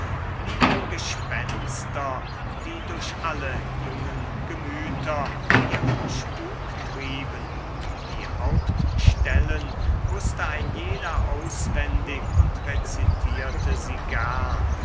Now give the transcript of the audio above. blieben gespenster die durch alle jungen gemüter ihren spuk trieben die hauptstellen wußte ein jeder auswendig und rezitierte sie gern